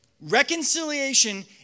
Reconciliation